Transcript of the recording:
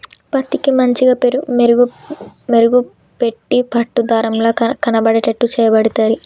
పత్తికి మంచిగ మెరుగు పెట్టి పట్టు దారం ల కనబడేట్టు చేయబడితిరి